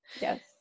Yes